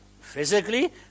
physically